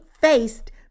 faced